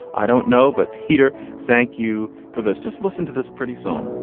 i don't know. but peter, thank you for this. just listen to this pretty song.